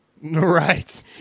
Right